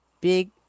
Big